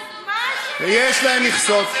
למה, מה, יש להן מכסות.